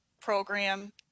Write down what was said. program